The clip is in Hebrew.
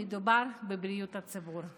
מדובר בבריאות הציבור.